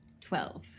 Twelve